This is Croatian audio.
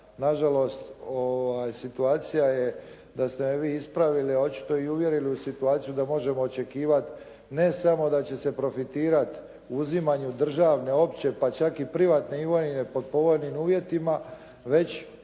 Na žalost situacija je da ste me vi ispravili, a očito i uvjerili u situaciju da možemo očekivati ne samo da će se profitirati u uzimanju državne opće, pa čak i privatne imovine pod povoljnim uvjetima, već